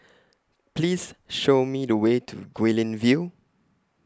Please Show Me The Way to Guilin View